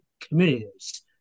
communities